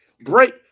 break